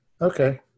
Okay